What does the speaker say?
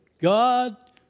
God